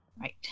Right